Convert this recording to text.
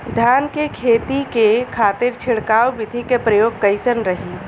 धान के खेती के खातीर छिड़काव विधी के प्रयोग कइसन रही?